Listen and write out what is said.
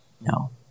no